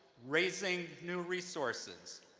raising new resources,